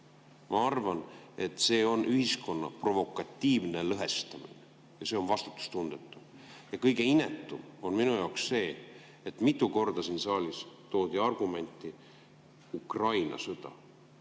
Ma arvan, et see on ühiskonna provokatiivne lõhestamine. Ja see on vastutustundetu. Ja kõige inetum on minu arvates see, et mitu korda toodi siin saalis argumendiks Ukraina sõda.